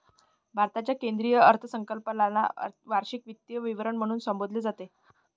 भारताच्या केंद्रीय अर्थसंकल्पाला वार्षिक वित्तीय विवरण म्हणून संबोधले जाते